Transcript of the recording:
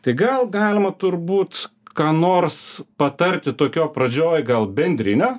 tai gal galima turbūt ką nors patarti tokio pradžioj gal bendrinio